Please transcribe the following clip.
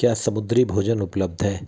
क्या समुद्री भोजन उपलब्ध है